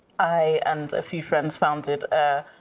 i and a few friends founded a